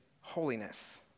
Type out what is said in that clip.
holiness